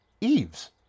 Eves